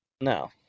No